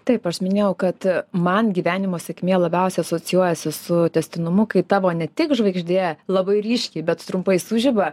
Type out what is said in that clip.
taip aš minėjau kad man gyvenimo sėkmė labiausiai asocijuojasi su tęstinumu kai tavo ne tik žvaigždė labai ryškiai bet trumpai sužiba